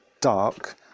dark